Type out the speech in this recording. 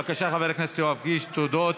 בבקשה, חבר הכנסת יואב קיש, תודות.